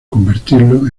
convertirlo